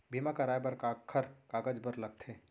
बीमा कराय बर काखर कागज बर लगथे?